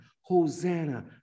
Hosanna